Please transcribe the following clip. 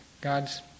God's